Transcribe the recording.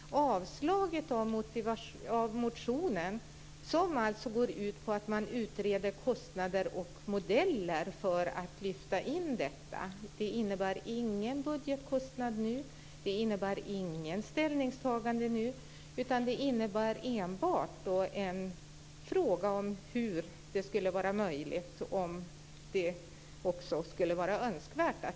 Motionen går ut på att man utreder kostnader och modeller för att lyfta in detta. Den innebär ingen budgetkostnad nu och inget ställningstagande nu, utan den innebär enbart en fråga om hur detta skulle vara möjligt och om det också skulle vara önskvärt.